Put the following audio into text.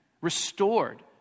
restored